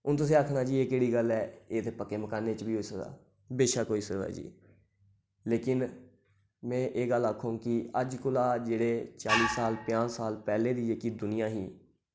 हून तुसें आखना जी एह् केह्ड़ी गल्ल ऐ एह् ते पक्के मकानें च बी होई सकदा बशक्क होई सकदा जी लेकिन में एह् गल्ल आखङ कि अज्ज कोला जेह्ड़े चाली साल पंजाह् साल पैह्लें दी जेह्की दुनिया ही